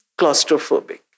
claustrophobic